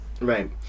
Right